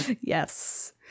Yes